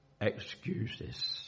excuses